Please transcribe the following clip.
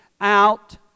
out